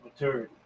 maturity